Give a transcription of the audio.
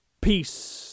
peace